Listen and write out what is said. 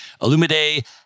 Illumide